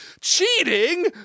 cheating